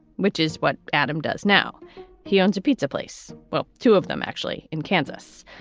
which is what adam does. now he owns a pizza place. well, two of them actually in kansas.